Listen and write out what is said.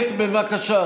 בבקשה.